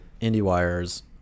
IndieWire's